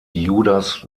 judas